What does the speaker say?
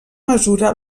mesura